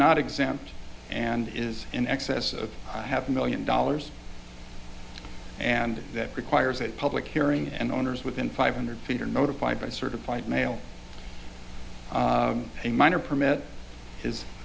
not exempt and is in excess of half a million dollars and that requires a public hearing and owners within five hundred feet are notified by certified mail a minor permit is